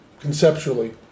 conceptually